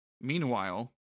Meanwhile